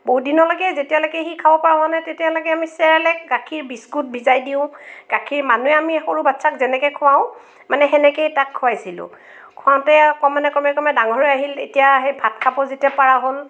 বহুত দিনলৈকে যেতিয়ালৈকে সি খাব পৰা হোৱা নাই তেতিয়ালৈকে আমি চেৰেলেক গাখীৰ বিস্কুট ভিজাই দিওঁ গাখীৰ মানুহে আমি সৰু বাচ্ছাক যেনেকৈ খুৱাওঁ মানে সেনেকৈ তাক খুৱাইছিলোঁ খুৱাওঁতে অকণমানে ক্ৰমে ক্ৰমে ডাঙৰ হৈ আহিল এতিয়া সেই ভাত খাব যেতিয়া পাৰা হ'ল